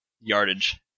yardage